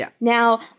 Now